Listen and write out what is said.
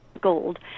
gold